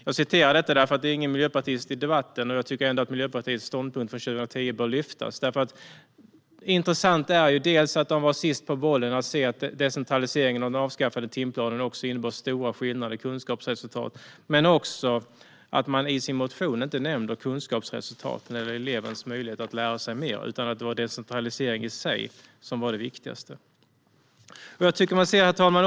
Jag citerar detta därför att det inte finns någon miljöpartist i debatten och jag tycker att Miljöpartiets ståndpunkt från 2010 bör lyftas fram. Intressant är dels att de var sist på bollen när det gäller att se att decentralisering och den avskaffade timplanen också innebar stora skillnader i kunskapsresultat, dels att de i sin motion inte nämnde kunskapsresultaten eller elevens möjligheter att lära sig mer. Det var decentralisering i sig som var det viktigaste. Herr talman!